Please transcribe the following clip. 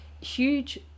huge